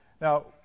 Now